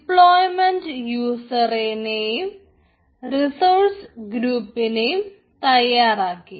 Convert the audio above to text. deployment യൂസറിനേയും resource ഗ്രൂപ്പിനെയും തയ്യാറാക്കി